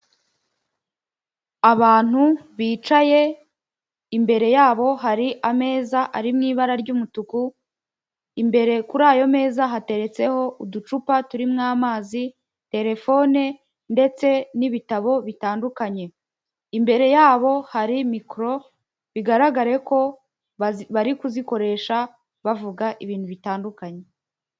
Abantu bicaye imbere yabo hari ameza ari mu ibara ry'umutuku, imbere kuri ayo meza hateretseho uducupa turimo amazi, telefone ndetse n'ibitabo bitandukanye, imbere yabo hari mikoro bigaragare ko bari kuzikoresha bavuga ibintu bitandukanye.